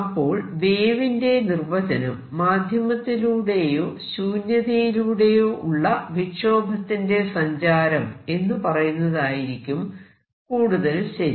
അപ്പോൾ വേവിന്റെ നിർവചനം മാധ്യമത്തിലൂടെയോ ശൂന്യതയിലൂടെയോ ഉള്ള വിക്ഷോഭത്തിന്റെ സഞ്ചാരം എന്ന് പറയുന്നതായിരിക്കും കൂടുതൽ ശരി